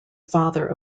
father